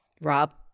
Rob